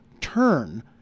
turn